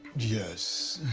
yes.